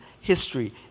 history